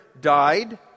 died